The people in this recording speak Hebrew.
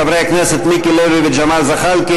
חברי הכנסת מיקי לוי וג'מאל זחאלקה